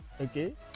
okay